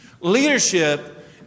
Leadership